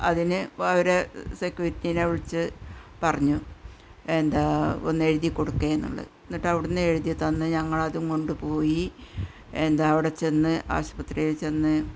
അതിന് അവരെ സെക്യൂരിറ്റീനെ വിളിച്ചു പറഞ്ഞു എന്താണ് ഒന്നെഴുതി കൊട്ക്കേന്നുള്ളത് എന്നിട്ടവിടുന്ന് എഴുതിത്തന്നു ഞങ്ങളതും കൊണ്ടുപോയി എന്താണ് അവിടെ ചെന്ന് ആസ്പത്രിയില് ചെന്ന്